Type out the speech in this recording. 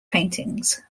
paintings